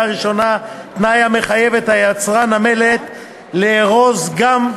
ראשונה תנאי המחייב את יצרן המלט לארוז גם,